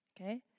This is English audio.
Okay